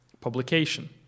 publication